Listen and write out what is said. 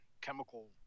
Chemical